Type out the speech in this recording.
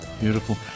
beautiful